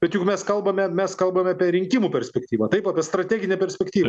bet juk mes kalbame mes kalbame apie rinkimų perspektyvą taip apie strateginę perspektyvą portsmuto